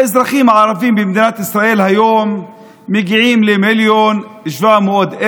האזרחים הערבים במדינת ישראל היום מגיעים ל-1.7 מיליון.